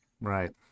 Right